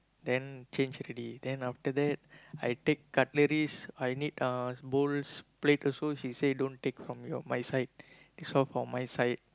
then change already then after that I take cutleries I need uh bowls plate also she said don't take from your my side this one for my side